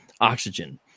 oxygen